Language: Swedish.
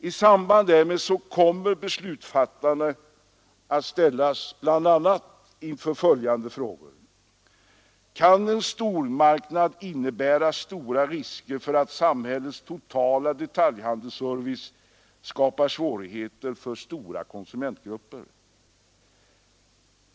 I samband därmed kommer beslutsfattarna att få ta ställning till bl.a. följande frågor: Kan en stormarknad innebära risker för att samhällets totala detaljhandelsservice skapar svårigheter för stora konsumentgrupper?